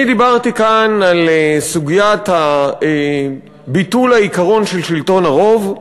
אני דיברתי כאן על סוגיית ביטול העיקרון של שלטון הרוב,